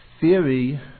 theory